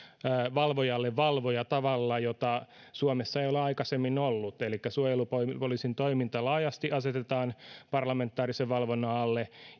valvojalle valvoja tavalla jota suomessa ei ole aikaisemmin ollut elikkä suojelupoliisin toiminta laajasti asetetaan parlamentaarisen valvonnan alle